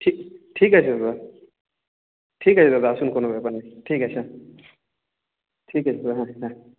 ঠিক ঠিক আছে দাদা ঠিক আছে দাদা আসুন কোনো ব্যাপার নেই ঠিক আছে ঠিক আছে দাদা হ্যাঁ